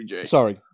Sorry